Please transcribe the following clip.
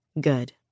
Good